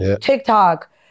TikTok